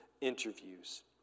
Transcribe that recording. interviews